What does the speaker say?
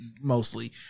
mostly